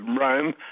Rome